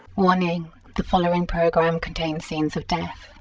warning the following program contains scenes of death.